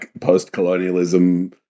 post-colonialism